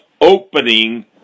opening